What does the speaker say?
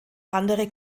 andere